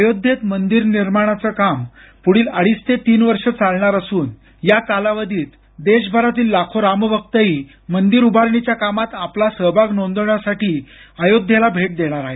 अयोध्येत मंदिर निर्माणाचं काम पुढील अडीच ते तीन वर्ष चालणार असून या कालावधीत देशभरातील लाखो रामभक्तही मंदिर उभारणीच्या कामात आपला सहभाग नोंदवण्यासाठी अयोध्येला भेट देणार आहेत